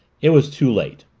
it was too late.